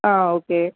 ஆ okay